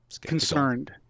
concerned